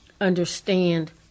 understand